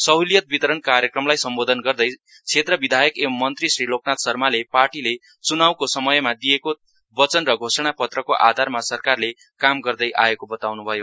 सहलियत वितरण कार्यक्रमलाई सम्बोधन गर्दै क्षेत्र विधायक एंव मन्त्री श्री लोकनाथ शर्माले पार्टीले च्नाउको समयमा दिएको वचन र घोषणा पत्रको आधारमा सरकारले काम गर्दै आएको बताउन् भयो